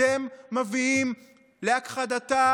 אתם מביאים להכחדתה